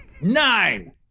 Nine